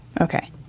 Okay